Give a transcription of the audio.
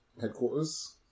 headquarters